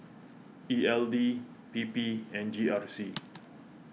E L D P P and G R C